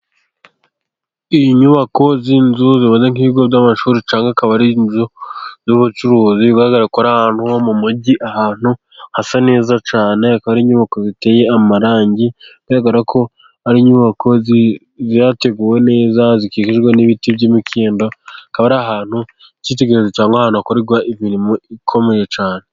Inyubako z'inzu zimeze nk'ibigo by'amashuri, cyangwa akaba ari inzu z'ubucuruzi, bigaragara ko ari ahantu ho mu mujyi, ahantu hasa neza cyane, akaba ari inyubako ziteye amarangi, bigaragara ko ari inyubako zateguwe neza, zikikijwe n'ibiti by'imikindo, akaba ari ahantu h'icyitegererezo, cyangwa ahantu hakorerwa imirimo ikomeye cyane.